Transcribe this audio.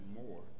more